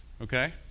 okay